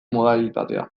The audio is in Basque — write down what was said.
modalitatea